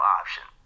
option